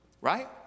right